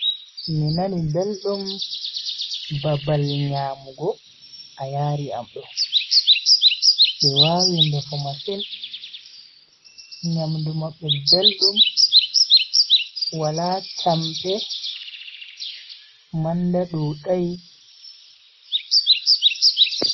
Mi nani beldum babal nyamugo je a yari am do, be wawi ndefu, nyamdu mabbe beldum, wala champe, manda dudai.